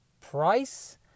price